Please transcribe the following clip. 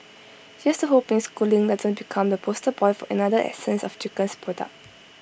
here's to hoping schooling doesn't become the poster boy for another essence of chickens product